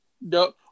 no